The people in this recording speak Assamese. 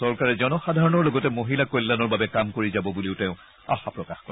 চৰকাৰে জনসাধাৰণৰ লগতে মহিলা কল্যাণৰ বাবে কাম কৰি যাব বুলিও তেওঁ আশা প্ৰকাশ কৰে